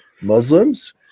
muslims